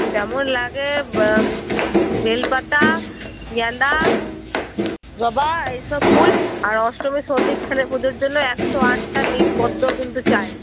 যেমন লাগে বেলপাতা গেঁদা জবা এইসব ফুল আর অষ্টমীর সন্ধিক্ষণে পুজোর জন্য একশো আটটা নীলপদ্মও কিন্তু চাই